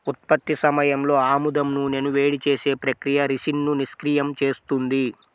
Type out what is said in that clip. ఉత్పత్తి సమయంలో ఆముదం నూనెను వేడి చేసే ప్రక్రియ రిసిన్ను నిష్క్రియం చేస్తుంది